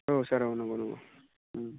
औ सार औ नोंगौ नोंगौ उम